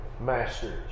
masters